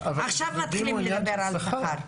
עכשיו מתחילים לדבר על שכר.